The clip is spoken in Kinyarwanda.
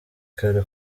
kare